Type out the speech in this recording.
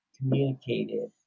communicated